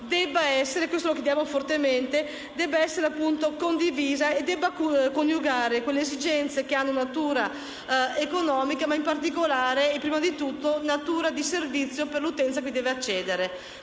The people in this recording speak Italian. appunto condivisa e coniugarsi alle esigenze che hanno natura economica ma in particolare, e prima di tutto, natura di servizio per l'utenza che deve accedervi.